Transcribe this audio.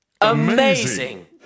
Amazing